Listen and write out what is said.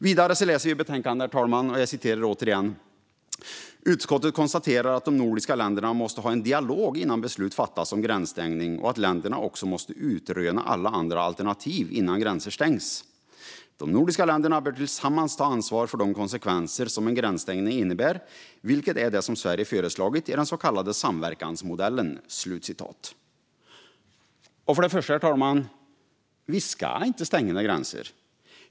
Vidare läser vi i betänkandet: "Utskottet konstaterar att de nordiska länderna måste ha en dialog innan beslut fattas om gränsstängning och att länderna också måste utröna alla andra alternativ innan gränser stängs. De nordiska länderna bör tillsammans ta ansvar för de konsekvenser som en gränsstängning innebär, vilket är det som Sverige föreslagit i den s.k. samverkansmodellen." För det första ska vi inte stänga några gränser.